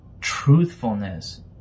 Truthfulness